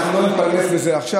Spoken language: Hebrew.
אנחנו לא נתפלמס על זה עכשיו.